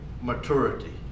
maturity